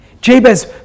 Jabez